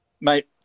Mate